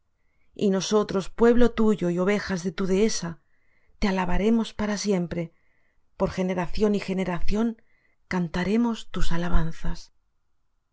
y nosotros pueblo tuyo y ovejas de tu dehesa te alabaremos para siempre por generación y generación cantaremos tus alabanzas